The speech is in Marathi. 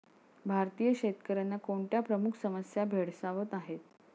भारतीय शेतकऱ्यांना कोणत्या प्रमुख समस्या भेडसावत आहेत?